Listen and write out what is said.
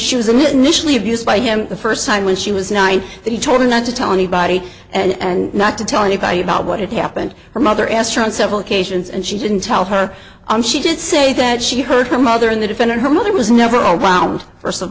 initially abused by him the first time when she was nine and he told her not to tell anybody and not to tell anybody about what had happened her mother asked her on several occasions and she didn't tell her and she did say that she heard her mother in the defendant her mother was never around first of